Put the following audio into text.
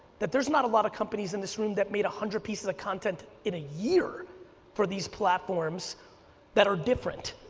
that there's not a lot of companies in this room that made one hundred pieces of content in a year for these platforms that are different.